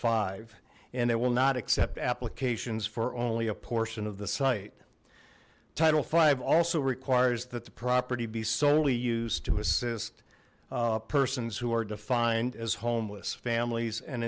five and it will not accept applications for only a portion of the site title five also requires that the property be solely used to assist persons who are defined as homeless families and